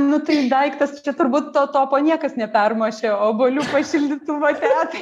nu tai daiktas čia turbūt to topo niekas nepermušė obuolių pašildytuvą tetai